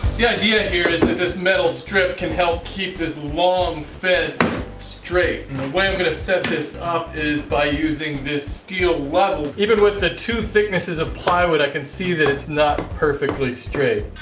the idea here is that this metal strip can help keep this long fence straight. and the way i'm going to set this up is by using this steel level. even with the two thicknesses of plywood i can see that it's not perfectly straight.